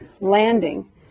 landing